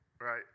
right